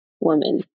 woman